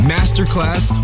Masterclass